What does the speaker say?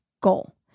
goal